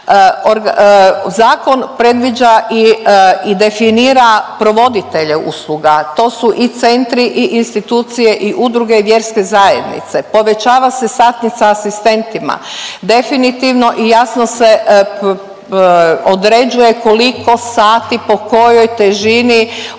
Zakon predviđa i definira provoditelje usluga, to su i centri i institucije i udruge vjerske zajednice, povećava se satnica asistentima, definitivno i jasno se određuje koliko sati po kojoj težini oštećenja